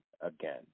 again